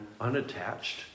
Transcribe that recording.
unattached